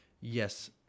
yes